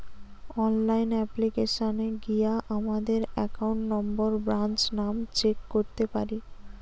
online অ্যাপ্লিকেশানে গিয়া আমাদের একাউন্ট নম্বর, ব্রাঞ্চ নাম চেক করতে পারি